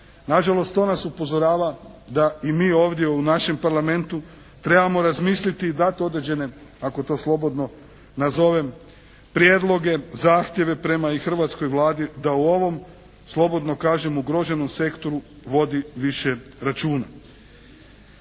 Nažalost to nas upozorava da i mi ovdje u našem Parlamentu trebamo razmisliti i dati određene ako to slobodno nazovem prijedloge, zahtjeve prema i hrvatskoj Vladi da u ovom slobodno kažem ugroženom sektoru vodi više računa.